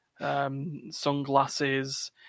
sunglasses